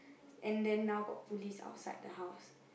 and then now got police outside the house